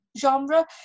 genre